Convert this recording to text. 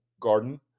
garden